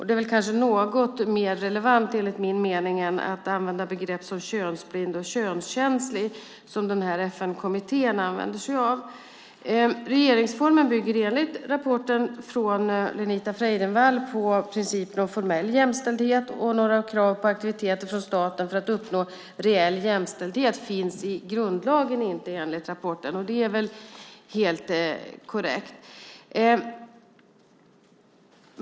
Det är kanske något mer relevant, enligt min mening, än att använda begrepp som könsblind och könskänslig som FN-kommittén använder sig av. Regeringsformen bygger enligt rapporten från Lenita Freidenvall på principen om formell jämställdhet. Några krav på aktiviteter från staten för att uppnå reell jämställdhet finns inte i grundlagen, enligt rapporten, och det är väl helt korrekt.